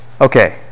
Okay